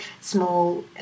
Small